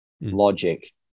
logic